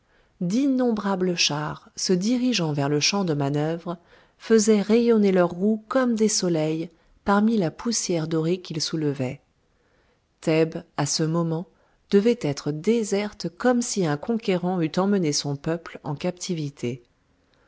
d'innombrables chars se dirigeant vers le champ de manœuvre faisaient rayonner leurs roues comme des soleils parmi la poussière dorée qu'ils soulevaient thèbes à ce moment devait être déserte comme si un conquérant eût emmené son peuple en captivité